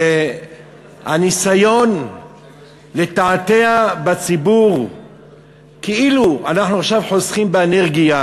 שהניסיון מתעתע בציבור כאילו אנחנו עכשיו חוסכים באנרגיה,